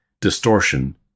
distortion